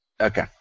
Okay